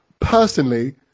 Personally